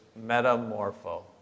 metamorpho